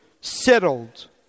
settled